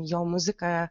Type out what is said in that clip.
jo muzika